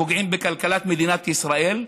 פוגעים בכלכלת מדינת ישראל,